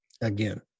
again